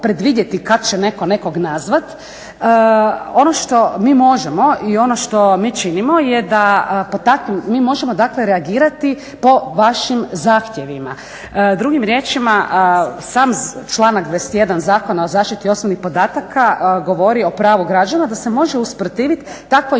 kada će netko nekoga nazvati. Ono što mi možemo i ono što mi činimo je da možemo reagirati po vašim zahtjevima. Drugim riječima, sam članak 21. Zakona o zaštiti osobnih podataka govori o pravu građana da se može usprotiviti takvoj